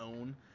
own